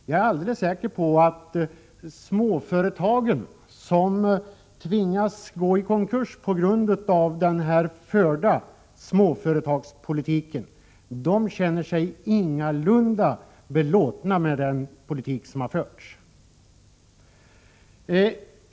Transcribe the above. Jag är alldeles säker på att småföretagen, som tvingas gå i konkurs på grund av den förda småföretagspolitiken, ingalunda är belåtna med den politik som har förts.